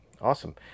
Awesome